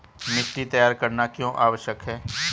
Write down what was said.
मिट्टी तैयार करना क्यों आवश्यक है?